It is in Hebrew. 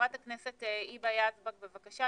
חברת הכנסת היבה יזבק, בבקשה.